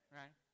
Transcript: right